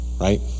right